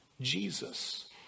Jesus